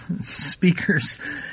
speakers